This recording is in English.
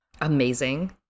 Amazing